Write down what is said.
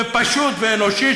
פשוט ואנושי,